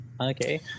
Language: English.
Okay